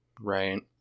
Right